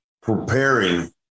preparing